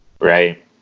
Right